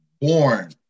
born